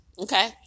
Okay